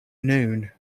noon